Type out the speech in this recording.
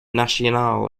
nacional